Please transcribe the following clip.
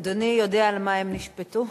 אדוני יודע על מה הם נשפטו?